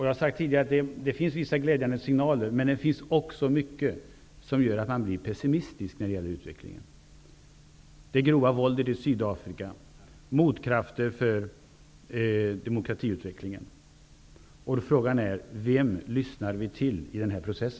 Jag har tidigare sagt att det finns vissa glädjande signaler, men det finns också mycket som gör att man blir pessimistisk när det gäller utvecklingen: det grova våldet i Sydafrika, krafter som verkar mot demokratiutveklingen. Frågan är: Vem lyssnar vi till i denna process?